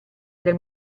del